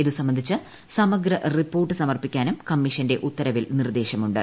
ഇതു സംബന്ധിച്ച് സമഗ്ര റിപ്പോർട്ട് സമർപ്പിക്കാനും കമ്മീഷന്റെ ഉത്തരവിൽ നിർദ്ദേശമുണ്ട്